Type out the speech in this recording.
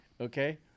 Okay